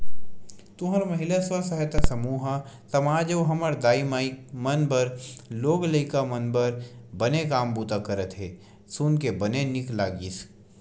तुंहर महिला स्व सहायता समूह ह समाज अउ हमर दाई माई मन बर लोग लइका मन बर बने काम बूता करत हे सुन के बने नीक लगिस